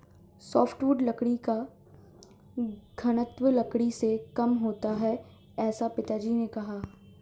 softwood लकड़ी का घनत्व लकड़ी से कम होता है ऐसा पिताजी ने कहा